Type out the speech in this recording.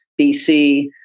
BC